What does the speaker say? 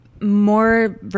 more